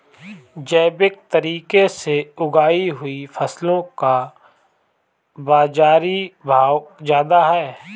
जैविक तरीके से उगाई हुई फसलों का बाज़ारी भाव ज़्यादा है